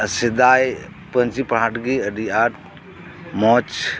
ᱥᱮᱫᱟᱭ ᱯᱟᱹᱧᱪᱤ ᱯᱟᱨᱦᱟᱴ ᱜᱮ ᱟᱹᱰᱤ ᱟᱴ ᱢᱚᱸᱡ